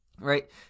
Right